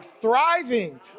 thriving